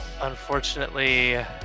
Unfortunately